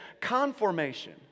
conformation